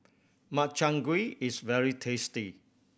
Makchang Gui is very tasty